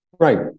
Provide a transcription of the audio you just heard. Right